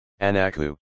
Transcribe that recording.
Anaku